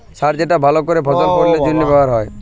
সার যেটা ভাল করেক ফসল ফললের জনহে ব্যবহার হ্যয়